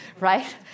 right